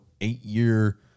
eight-year